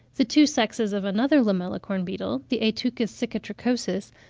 the two sexes of another lamellicorn beetle, the ateuchus cicatricosus,